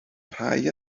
rhai